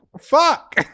fuck